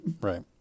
Right